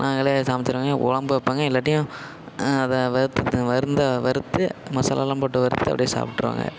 நாங்களே சமச்சிருவோங்க குழம்பு வப்போங்க இல்லாட்டியும் அதை வறுத்த வருந்தா வறுத்து மசாலாலாம் போட்டு வறுத்து அப்படியே சாப்பிட்ருவாங்க